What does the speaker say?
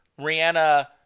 Rihanna